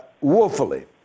woefully